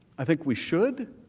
i think we should